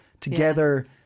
together